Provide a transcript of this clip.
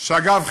שאגב,